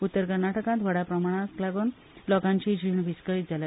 उत्तर कर्नाटकांत व्हड पावसाक लागून लोकांची जीण विस्कळीत जाल्या